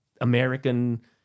American